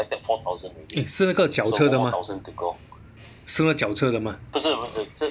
eh 是那个脚车的吗是那个脚车的吗